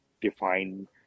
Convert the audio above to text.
define